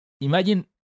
imagine